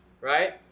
right